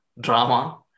drama